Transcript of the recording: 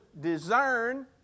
discern